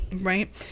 right